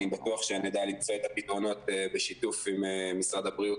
אני בטוח שנדע למצוא את הפתרונות בשיתוף עם משרד הבריאות,